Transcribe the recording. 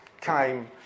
came